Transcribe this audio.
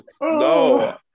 no